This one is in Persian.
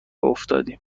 افتادیم